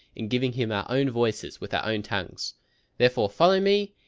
in giving him our own voices with our own tongues therefore follow me,